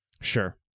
Sure